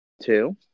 Two